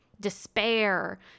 despair